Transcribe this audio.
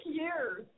years